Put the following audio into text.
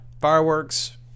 fireworks